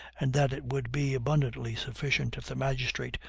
and that it would be abundantly sufficient if the magistrate,